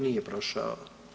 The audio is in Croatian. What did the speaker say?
Nije prošao.